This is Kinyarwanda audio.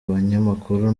banyamakuru